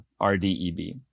RDEB